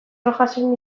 rojasen